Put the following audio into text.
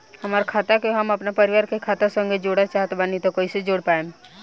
हमार खाता के हम अपना परिवार के खाता संगे जोड़े चाहत बानी त कईसे जोड़ पाएम?